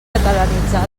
catalanitzar